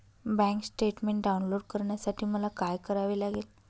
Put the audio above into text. Bank statement download करण्यासाठी मला काय करावे लागेल?